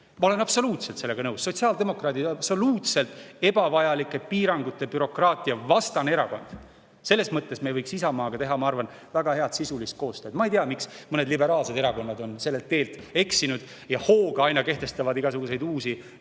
Ma olen absoluutselt sellega nõus. Sotsiaaldemokraadid on absoluutselt ebavajalike piirangute, bürokraatiavastane erakond. Selles mõttes me võiks Isamaaga teha, ma arvan, väga head sisulist koostööd. Ma ei tea, miks mõned liberaalsed erakonnad on sellelt teelt eksinud ja kehtestavad hooga igasuguseid uusi